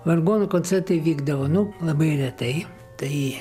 vargonų koncertai vykdavo nu labai retai tai